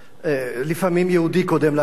לפעמים יהודי קודם לערבי,